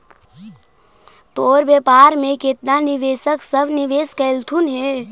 तोर व्यापार में केतना निवेशक सब निवेश कयलथुन हे?